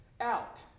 out